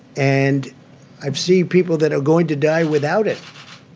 and i see people that are going to die without it.